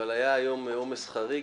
אבל היה היום עומס חריג,